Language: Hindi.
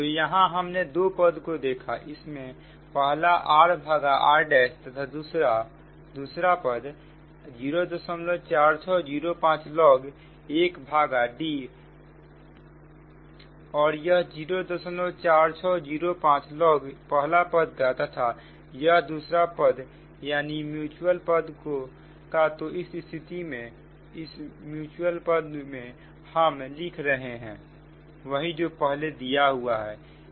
तो यहां हमने 2 पद को देखा इसमें पहला r भागा r' तथा दूसरा पद 04605 log 1 भागा D और यह 04605 log पहला पद का तथा यह दूसरा पद यानी म्यूच्यूअल पद का तो इस स्थिति में इस म्यूच्यूअल पद में हम लिख रहे हैं वही जो पहले दिया हुआ है